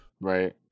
Right